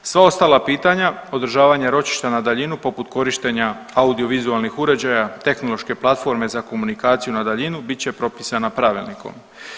Sva ostala pitanja podržavanja održavanja ročišta na daljinu poput korištenja audiovizualnih uređaja, tehnološke platforme za komunikaciju na daljinu bit će propisana pravilnikom.